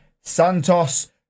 Santos